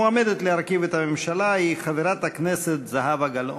המועמדת להרכיב את הממשלה היא חברת הכנסת זהבה גלאון.